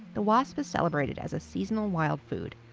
the wasp is celebrated as a seasonal wild food,